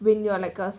when you're like us